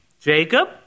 Jacob